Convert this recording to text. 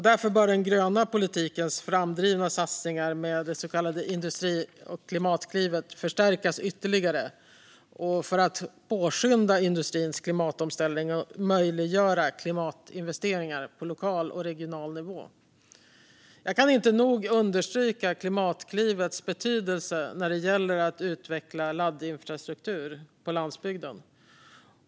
Därför bör den gröna politikens framdrivna satsningar på de så kallade Industriklivet och Klimatklivet förstärkas för att ytterligare påskynda industrins klimatomställning och möjliggöra klimatinvesteringar på lokal och regional nivå. Jag kan inte nog understryka Klimatklivets betydelse när det gäller att utveckla laddinfrastruktur på landsbygden.